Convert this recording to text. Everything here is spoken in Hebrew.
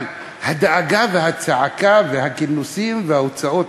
אבל הדאגה והצעקה והכינוסים והוועדות,